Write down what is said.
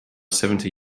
seventy